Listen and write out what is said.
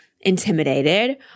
intimidated